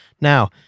Now